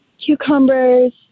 cucumbers